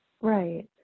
Right